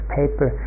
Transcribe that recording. paper